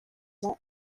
ans